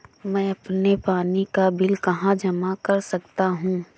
मैं अपने पानी का बिल कहाँ जमा कर सकता हूँ?